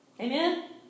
Amen